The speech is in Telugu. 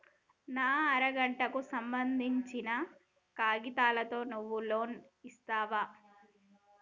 నా అర గంటకు సంబందించిన కాగితాలతో నువ్వు లోన్ ఇస్తవా?